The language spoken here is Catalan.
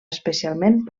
especialment